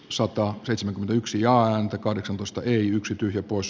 sota seitsemänkymmentäyksi ja ääntä kahdeksantoista ei yksityisiä pois